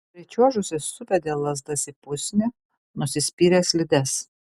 pričiuožusi subedė lazdas į pusnį nusispyrė slides